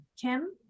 Kim